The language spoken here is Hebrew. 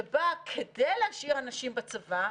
שבה כדי להשאיר אנשים בצבא,